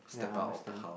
step out of the house